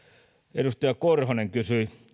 edustaja korhonen kysyi